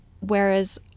whereas